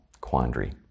quandary